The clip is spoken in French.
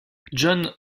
john